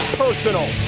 personal